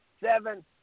seven